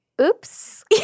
oops